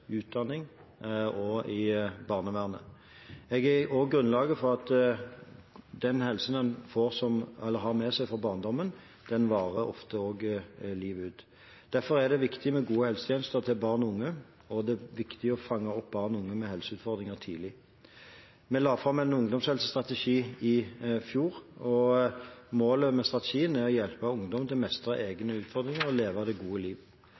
utdanning og i barnevernet. Den helsen en har med seg fra barndommen, varer ofte livet ut. Derfor er det viktig med gode helsetjenester til barn og unge, og det er viktig å fange opp barn og unge med helseutfordringer tidlig. Vi la fram en ungdomshelsestrategi i fjor. Målet med strategien er å hjelpe ungdom til å mestre egne utfordringer og leve et godt liv.